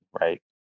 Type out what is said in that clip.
right